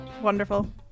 Wonderful